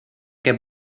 que